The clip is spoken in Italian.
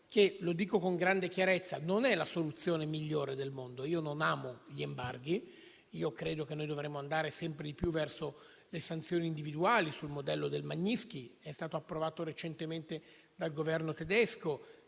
che - lo dico con grande chiarezza - non è la soluzione migliore al mondo. Non amo questo strumento e credo che dovremmo andare sempre di più verso sanzioni individuali sul modello del Magnitsky Act, approvato recentemente dal Governo tedesco,